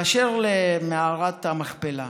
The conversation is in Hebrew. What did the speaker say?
באשר למערת המכפלה,